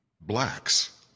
blacks